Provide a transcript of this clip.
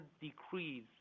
decrease